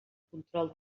control